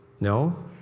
No